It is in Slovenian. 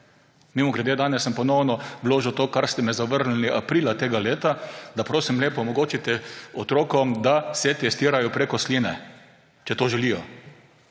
Mimogrede, danes sem ponovno vložil to, kar ste mi zavrnili aprila tega leta, da, prosim lepo, omogočite otrokom, da se testirajo preko sline, če to želijo,